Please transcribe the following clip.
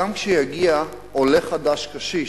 גם כשיגיע עולה חדש קשיש,